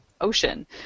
ocean